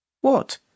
What